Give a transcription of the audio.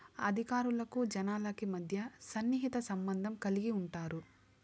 అధికారులకు జనాలకి మధ్య సన్నిహిత సంబంధం కలిగి ఉంటారు